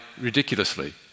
ridiculously